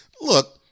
Look